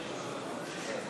אי-אמון